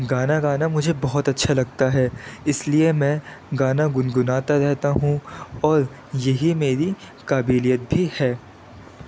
گانا گانا مجھے بہت اچھا لگتا ہے اس لیے میں گانا گنگناتا رہتا ہوں اور یہی میری قابلیت بھی ہے